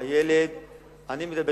הילד, לא.